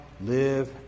live